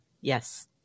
Yes